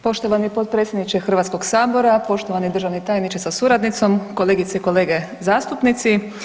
Poštovani potpredsjedniče Hrvatskoga sabora, poštovani državni tajniče sa suradnicom, kolegice i kolege zastupnici.